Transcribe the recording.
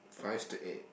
five to eight